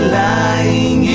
lying